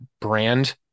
brand